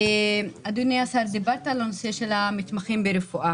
אדוני השר, דיברת על הנושא של המתמחים ברפואה